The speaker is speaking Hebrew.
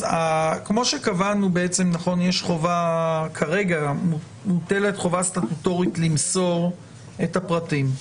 כפי שקבענו כרגע מוטלת חובה סטטוטורית למסור את הפרטים.